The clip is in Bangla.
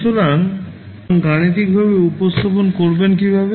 সুতরাং গাণিতিকভাবে উপস্থাপন করবেন কিভাবে